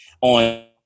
on